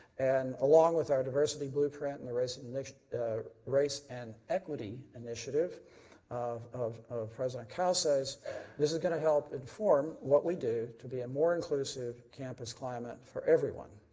and along with our diversity blueprint, and race and ah race and equity initiative of of president cauce's, this is going to help inform what we do to be a more inclusive campus climate for everyone.